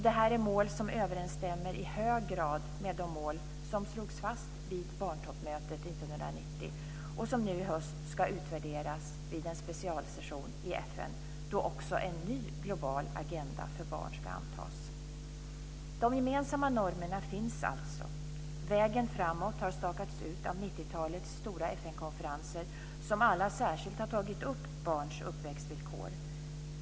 Det här är mål som överensstämmer i hög grad med de mål som slogs fast vid barntoppmötet 1990 och som nu i höst ska utvärderas vid en specialsession i FN, då också en ny global agenda för barn ska antas. De gemensamma normerna finns alltså, och vägen framåt har stakats ut av 90-talets stora FN konferenser som alla särskilt har tagit upp barns uppväxtvillkor.